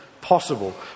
possible